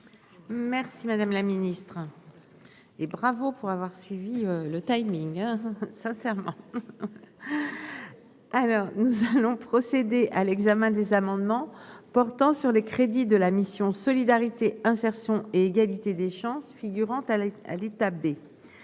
merci, madame la Ministre et bravo pour avoir suivi le timing, hein, sincèrement. Alors, nous allons procéder à l'examen des amendements portant sur les crédits de la mission Solidarité, insertion et égalité des chances, figurant à Ali Thabet,